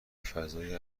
فضای